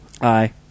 Aye